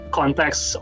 context